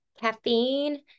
caffeine